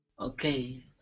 Okay